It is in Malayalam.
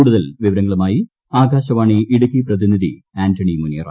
കൂടുതൽ വിവരങ്ങളുമായി ആകാശവാണി ഇടുക്കി പ്രതിനിധി ആൻണി മുനിയറ